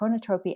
chronotropy